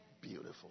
Beautiful